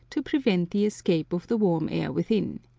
to prevent the escape of the warm air within.